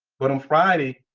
but on friday,